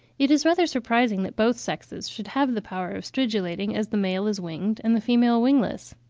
it is rather surprising that both sexes should have the power of stridulating, as the male is winged and the female wingless.